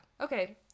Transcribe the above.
okay